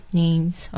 names